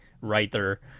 writer